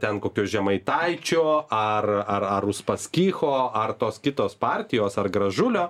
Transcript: ten kokio žemaitaičio ar ar ar uspaskicho ar tos kitos partijos ar gražulio